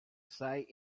say